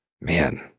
man